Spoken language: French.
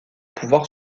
pouvoir